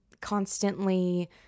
constantly